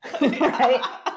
right